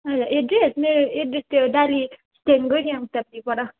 हजुर एड्रेस मेरो एड्रेस त्यो डाली स्ट्यान्डकै त्यहाँ उतापट्टि पर